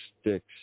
sticks